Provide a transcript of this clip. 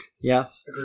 yes